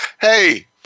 hey